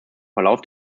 verlauf